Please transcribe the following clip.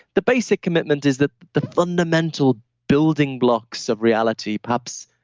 the basic commitment is that the fundamental building blocks of reality pups,